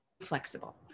flexible